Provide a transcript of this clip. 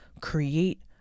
create